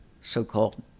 so-called